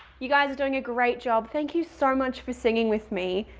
you guys are doing a great job. thank you so much for singing with me.